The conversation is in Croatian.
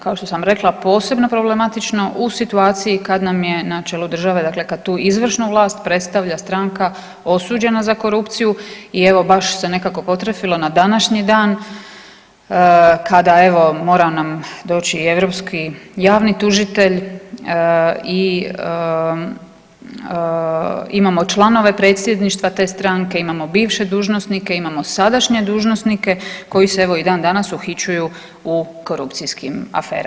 Kao što sam rekla, posebno problematično u situaciji kad nam je na čelu države, dakle kad tu izvršnu vlast predstavlja stranka osuđena za korupciju i evo baš se nekako potrefilo na današnji dan kada evo, mora nam doći i europski javni tužitelj i imamo članove predsjedništva te stranke, imao bivše dužnosnike, imamo sadašnje dužnosnike, koji se evo, i dan danas uhićuju u korupcijskim aferama.